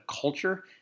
culture